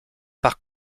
par